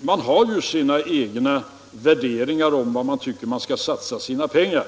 Man har sina egna värderingar om var man tycker att man skall satsa sina pengar.